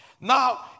now